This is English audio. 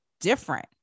different